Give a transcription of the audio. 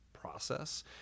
process